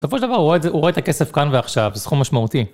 בסופו של דבר הוא רואה את הכסף כאן ועכשיו, זה סכום משמעותי.